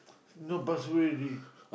no pass away already